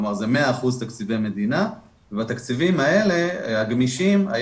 כלומר זה 100% תקציב מדינה והתקציבים האלה הגמישים,